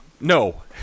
No